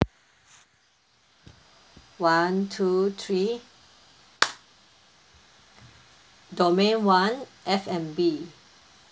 one two three domain one F&B